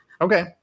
Okay